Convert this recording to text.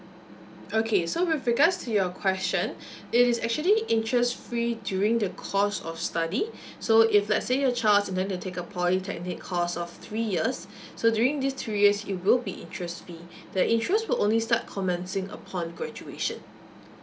okay so with regards to your question it is actually interest free during the course of study so if let's say your child is going to take a polytechnic course of three years so during these three days it will be interest free the interest will only start commencing upon graduation